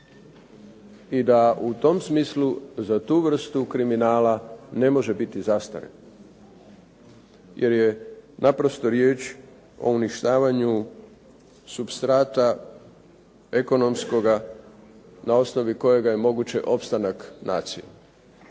i da u tom smislu za tu vrstu kriminala ne može biti zastare jer je naprosto riječ o uništavanju supstrata ekonomskoga na osnovi kojega je moguć opstanak nacije,